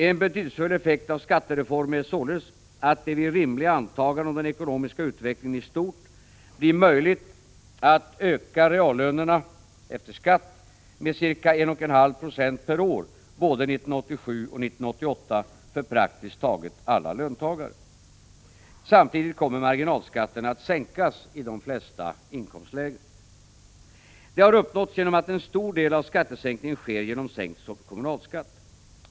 En betydelsefull effekt av skattereformen är således att det vid rimliga antaganden om den ekonomiska utvecklingen i stort blir möjligt att öka reallönerna efter skatt med ca 1,5 96 per år både 1987 och 1988 för praktiskt taget alla löntagare. Samtidigt kommer marginalskatterna att sänkas i de flesta inkomstlägen. Detta har uppnåtts genom att en stor del av skattesänkningen sker genom sänkt kommunalskatt.